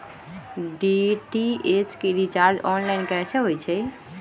DTH के recharge online कैसे होईछई?